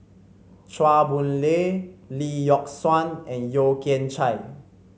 Chua Boon Lay Lee Yock Suan and Yeo Kian Chai